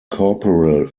corporal